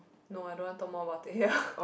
no I don't want talk more about it here